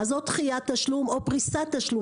אז או דחיית תשלום או פריסת תשלום.